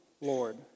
Lord